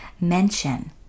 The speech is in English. mention